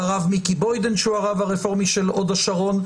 ברב מיקי בוידן שהוא הרב הרפורמי של הוד השרון,